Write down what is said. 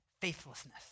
faithlessness